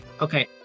okay